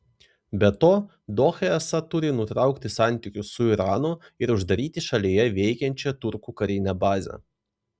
be to doha esą turi nutraukti santykius su iranu ir uždaryti šalyje veikiančią turkų karinę bazę